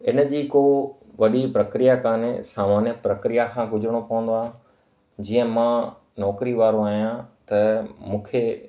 इन जी को वॾी प्रक्रिया काने सामान्य प्रक्रिया खां ग़ुजिरिणो पवंदो आहे जीअं मां नौकरीअ वारो आहियां त मूंखे